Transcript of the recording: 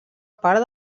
part